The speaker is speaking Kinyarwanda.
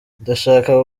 ndashaka